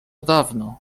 dawno